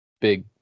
big